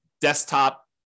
desktop